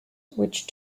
which